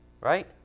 right